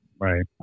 Right